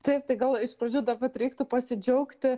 taip tai gal iš pradžių dar vat reiktų pasidžiaugti